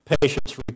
patients